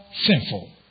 sinful